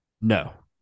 No